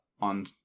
on